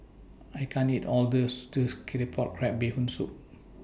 I can't eat All of This Claypot Crab Bee Hoon Soup